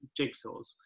jigsaws